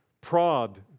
prod